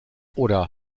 oder